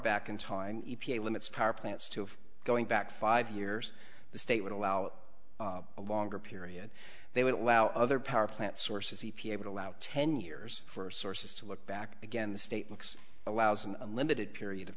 back in time e p a limits power plants to have going back five years the state would allow a longer period they would allow other power plant sources e p a would allow ten years for sources to look back again the state looks allows an unlimited period of